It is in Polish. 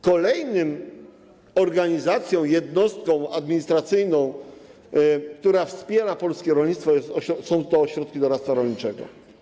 Kolejną organizacją, jednostką administracyjną, która wspiera polskie rolnictwo, są ośrodki doradztwa rolniczego.